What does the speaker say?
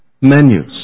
menus